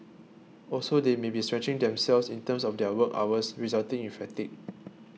also they may be stretching themselves in terms of their work hours resulting in fatigue